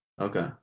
Okay